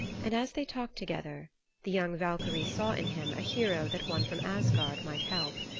and as they talked together the young valkyrie saw in him a hero that one from asgard might help.